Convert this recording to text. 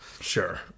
Sure